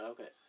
Okay